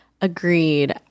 Agreed